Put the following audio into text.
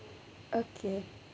okay